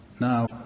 Now